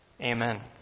Amen